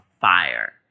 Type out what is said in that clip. fire